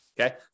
okay